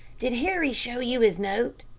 did harry show you his note?